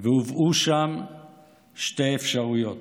והובאו שם שתי אפשרויות: